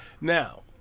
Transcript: now